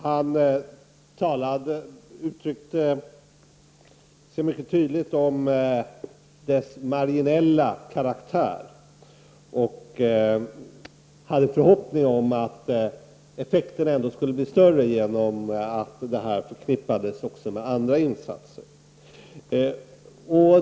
Han uttryckte sig mycket tydligt om dess marginella karaktär och hade en förhoppning om att effekterna ändå skulle bli större genom att biståndet förknippades också med andra insatser.